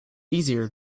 easier